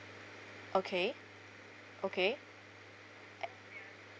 okay okay uh